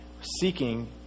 seeking